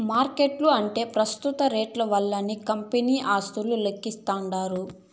మార్కెట్ల ఉంటే పెస్తుత రేట్లు వల్లనే కంపెనీ ఆస్తులు లెక్కిస్తాండారు